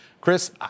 Chris